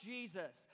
Jesus